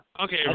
Okay